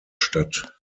stadt